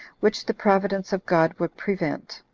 which the providence of god would prevent.